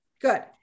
good